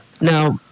Now